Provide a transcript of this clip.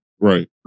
Right